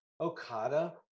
Okada